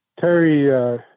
Terry